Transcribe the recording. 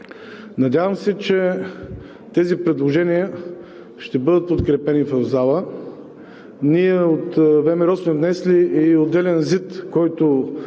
Надявам се, че тези предложения ще бъдат подкрепени в залата. От ВМРО сме внесли отделен ЗИД, който